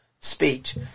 speech